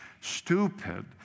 stupid